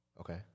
Okay